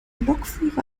lokführer